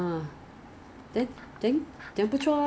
I think Innisfree 比较便宜 leh